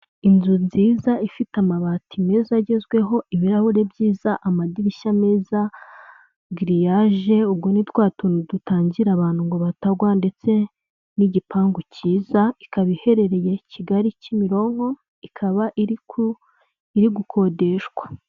Inzu nziza ifite amabati meza agezweho ibirahuri byiza, amadirishya meza, gririyage ubu nit tuntu dutangira abantu ngo batagwa ndetse n'igipangu kiza, ikaba iherereye kigali kimironko ikaba iri ku iri gukodeshwa.